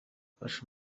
fasha